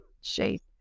shape